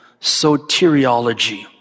soteriology